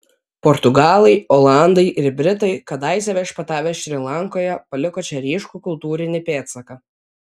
portugalai olandai ir britai kadaise viešpatavę šri lankoje paliko čia ryškų kultūrinį pėdsaką